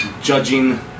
Judging